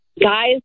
guys